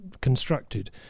constructed